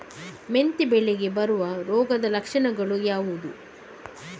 ಮೆಂತೆ ಬೆಳೆಗೆ ಬರುವ ರೋಗದ ಲಕ್ಷಣಗಳು ಯಾವುದು?